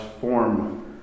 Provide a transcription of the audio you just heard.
form